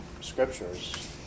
scriptures